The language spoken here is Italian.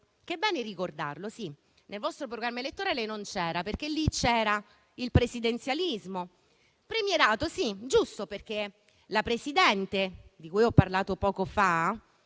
È bene ricordarlo: nel vostro programma elettorale non c'era, perché c'era il presidenzialismo. Premierato, sì, perché la Presidente di cui ho parlato poco fa